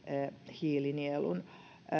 hiilinielun